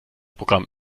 programm